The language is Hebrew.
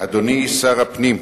אדוני שר הפנים,